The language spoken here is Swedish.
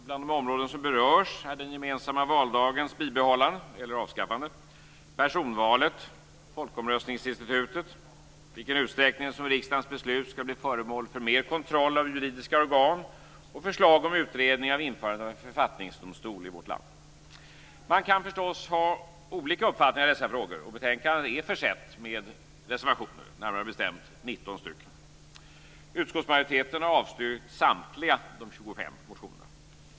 Bland de områden som berörs är bibehållande eller avskaffande av den gemensamma valdagen, personvalet, folkomröstningsinstitutet, vilken utsträckning som riksdagens beslut skall bli föremål för mer kontroll av juridiska organ och förslag om utredningar om införande av en författningsdomstol i vårt land. Man kan förstås ha olika uppfattningar i dessa frågor, och betänkandet är försett med reservationer, närmare bestämt 19 stycken. Utskottsmajoriteten har avstyrkt samtliga de 25 motionerna.